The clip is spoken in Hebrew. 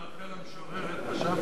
קבר רחל המשוררת חשבתם?